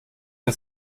der